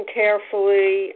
carefully